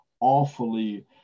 awfully